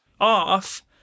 off